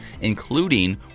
including